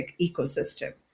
ecosystem